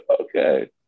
Okay